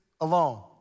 alone